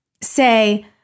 say